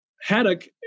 Haddock